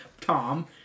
Tom